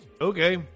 Okay